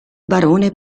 barone